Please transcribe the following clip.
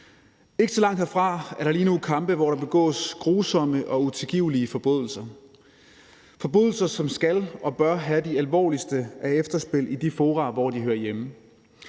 Ikke så langt herfra er der lige nu kampe, hvor der begås grusomme og utilgivelige forbrydelser, forbrydelser, som skal og bør have de alvorligste efterspil i de fora, hvor de hører hjemme.